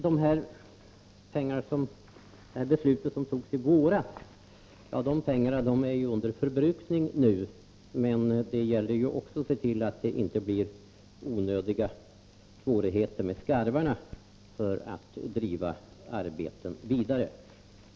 De pengar som man fattade beslut om i våras håller på att förbrukas, men det gäller att även se till att det inte blir onödiga svårigheter med skarvarna när det gäller att driva arbeten vidare.